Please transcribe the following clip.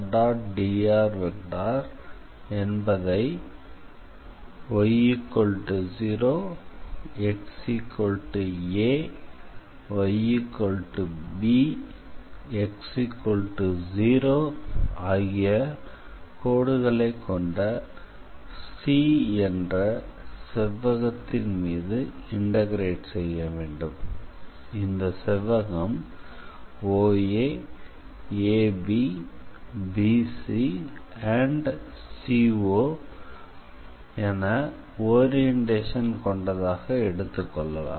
dr என்பதை y0xaybx0ஆகிய கோடுகளை கொண்ட C என்ற செவ்வகத்தின் மீது இண்டக்ரேட் செய்ய வேண்டும் இந்த செவ்வகம் OA AB BC CO என ஓரியெண்டஷன் கொண்டதாக எடுத்துக்கொள்ளலாம்